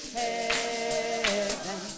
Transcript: heaven